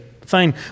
fine